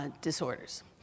disorders